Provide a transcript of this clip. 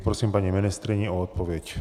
Poprosím paní ministryni o odpověď.